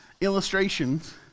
illustrations